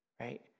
right